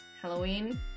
Halloween